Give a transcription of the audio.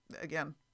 Again